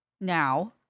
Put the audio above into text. Now